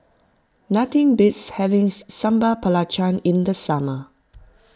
nothing beats having Sambal Belacan in the summer